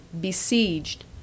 besieged